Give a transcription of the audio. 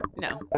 no